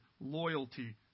loyalty